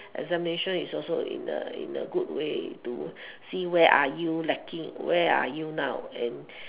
examination is also in a in a good way to see where are you lacking where are you now and